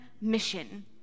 mission